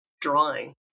drawing